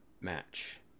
match